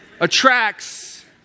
attracts